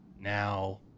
now